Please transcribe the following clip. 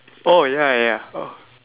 oh ya ya ya oh